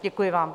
Děkuji vám.